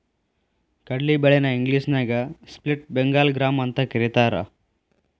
ಕಡ್ಲಿ ಬ್ಯಾಳಿ ನ ಇಂಗ್ಲೇಷನ್ಯಾಗ ಸ್ಪ್ಲಿಟ್ ಬೆಂಗಾಳ್ ಗ್ರಾಂ ಅಂತಕರೇತಾರ